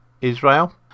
Israel